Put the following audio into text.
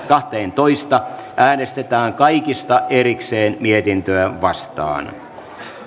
kahteentoista äänestetään erikseen mietintöä vastaan